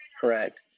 Correct